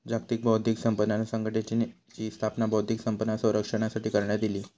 जागतिक बौध्दिक संपदा संघटनेची स्थापना बौध्दिक संपदा संरक्षणासाठी करण्यात इली